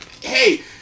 Hey